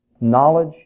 knowledge